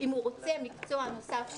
ואם הוא רוצה מקצוע נוסף שלישי,